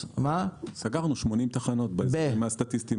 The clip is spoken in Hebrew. סגרנו 80 תחנות באזורים הסטטיסטיים